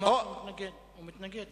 הוא אמר שהוא מתנגד, הוא מתנגד.